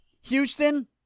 Houston